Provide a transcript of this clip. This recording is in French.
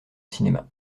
cinéma